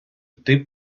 йти